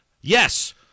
Yes